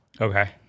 Okay